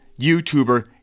YouTuber